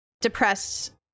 depressed